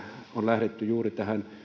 on lähdetty juuri tähän